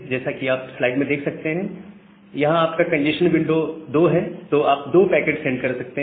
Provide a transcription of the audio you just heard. जैसा कि आप लाइट में देख सकते हैं यहां आपका कंजेस्शन विंडो 2 है तो आप दो पैकेट सेंड कर सकते हैं